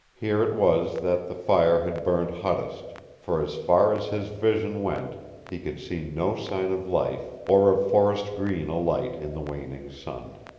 here it was that the fire had burned hottest, for as far as his vision went he could see no sign of life or of forest green alight in the waning sun.